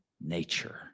nature